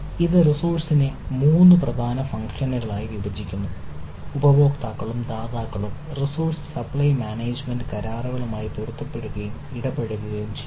ഇത് റിസോഴ്സിനെ മൂന്ന് പ്രധാന ഫംഗ്ഷനുകളായി വിഭജിക്കുന്നു ഉപയോക്താക്കളും ദാതാക്കളും റിസോഴ്സ് സപ്ലൈ മാനേജ്മെന്റ് കരാറുകളുമായി പൊരുത്തപ്പെടുകയും ഇടപഴകുകയും ചെയ്യുന്നു